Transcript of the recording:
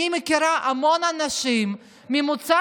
אני מכירה המון אנשים ממוצא